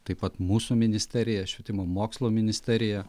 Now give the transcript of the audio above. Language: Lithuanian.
taip pat mūsų ministerija švietimo mokslo ministerija